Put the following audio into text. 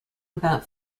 about